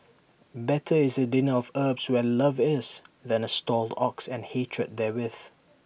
better is A dinner of herbs where love is than A stalled ox and hatred therewith